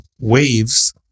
waves